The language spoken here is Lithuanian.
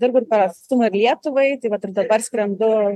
dirbu ir per atstumą ir lietuvai tai vat ir dabar skrendu